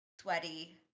sweaty